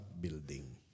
building